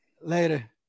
Later